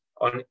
on